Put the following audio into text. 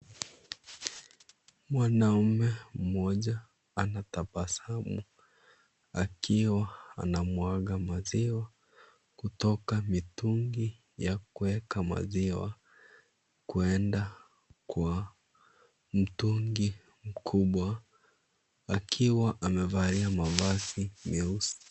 Mwanaume mmoja anatabasamu akiwa anamwaga maziwa kutoka mitugi ya kueka maziwa kuenda kwa mtungi mkubwa akiwa amevalia mavazi meusi.